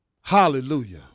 hallelujah